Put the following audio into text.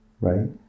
Right